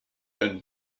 een